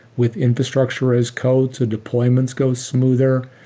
with infrastructure as code so deployments go smoother.